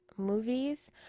Movies